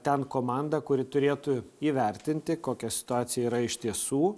ten komandą kuri turėtų įvertinti kokia situacija yra iš tiesų